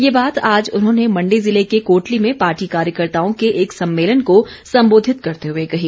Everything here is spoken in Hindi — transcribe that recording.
ये बात आज उन्होंने मण्डी जिले के कोटली में पार्टी कार्यकर्ताओं के एक सम्मेलन को सम्बोधित करते हुए कही